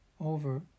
over